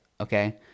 Okay